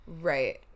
Right